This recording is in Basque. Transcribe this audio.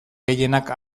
gehienak